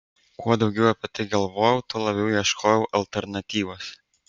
kuo daugiau apie tai galvojau tuo labiau ieškojau alternatyvos